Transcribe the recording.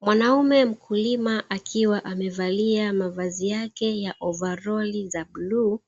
Mwanaume mkulima akiwa amevalia mavazi yake la ovaroli za buluu,